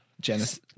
Genesis